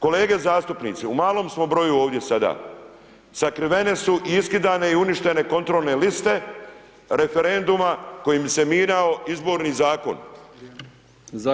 Kolege zastupnici, u malom smo broju ovdje sada, sakrivene su u iskidane i uništene kontrolne liste referenduma kojim se mijenjao Izborni zakon.